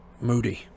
Moody